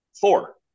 Four